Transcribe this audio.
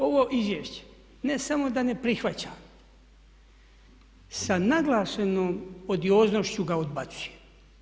Ovo izvješće ne samo da ne prihvaćam, sa naglašenom odioznošću ga odbacujem.